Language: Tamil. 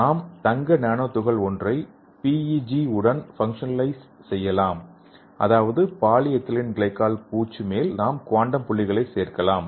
நாம் தங்க நானோ துகள் ஒன்றை PEG உடன் ஃபங்ஷனலைஸ் செய்யலாம் அதாவது பாலிஎதிலீன் கிளைகோல் பூச்சு மேல் நாம் குவாண்டம் புள்ளிகளைச் சேர்க்கலாம்